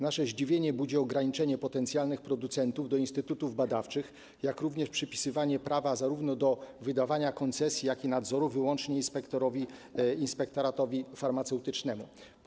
Nasze zdziwienie budzi ograniczenie potencjalnych producentów do instytutów badawczych, jak również przypisywanie prawa zarówno do wydawania koncesji, jak i nadzoru wyłącznie inspektoratowi farmaceutycznemu.